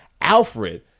Alfred